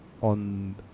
on